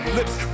Lips